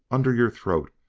under your throat,